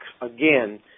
again